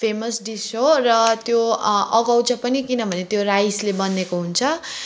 famous dish हो र त्यो अघाउँछ पनि किनभने त्यो राइसले बनिएको हुन्छ